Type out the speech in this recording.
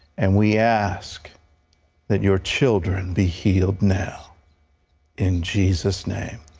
and we ask that your children be healed now in jesus' name.